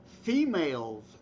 Females